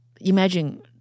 Imagine